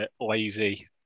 lazy